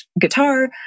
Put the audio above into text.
guitar